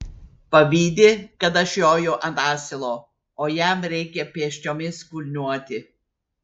pavydi kad aš joju ant asilo o jam reikia pėsčiomis kulniuoti